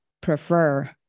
prefer